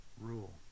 rule